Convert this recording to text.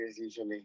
usually